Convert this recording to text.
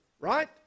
right